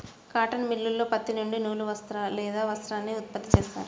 cotton మిల్లులో పత్తి నుండి నూలు లేదా వస్త్రాన్ని ఉత్పత్తి చేస్తారు